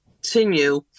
continue